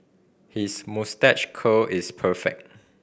his moustache curl is perfect